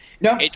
No